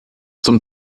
zum